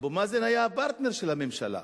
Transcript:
אבו מאזן היה הפרטנר של הממשלה,